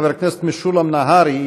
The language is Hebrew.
חבר הכנסת משולם נהרי,